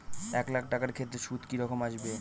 এক লাখ টাকার ক্ষেত্রে সুদ কি রকম আসবে?